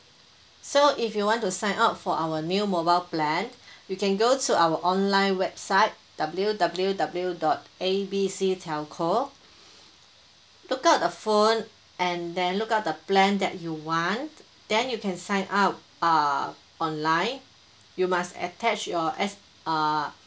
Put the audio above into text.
so if you want to sign up for our new mobile plan you can go to our online website W W W dot A B C telco dot com uh phone and then look up the plan that you want then you can sign up uh online you must attach your as uh